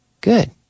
Good